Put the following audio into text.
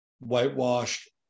whitewashed